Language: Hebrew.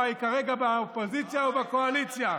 היא כרגע באופוזיציה או בקואליציה.